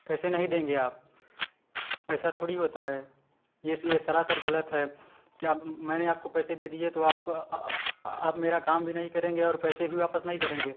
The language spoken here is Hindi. कैसे नहीं देंगे आप ऐसा थोड़ी होता है ये सरासर गलत है क्या मैंने आपको पैसे दे दिए तो आप आप मेरा काम भी नहीं करेंगे और पैसे भी वापस नहीं करेंगे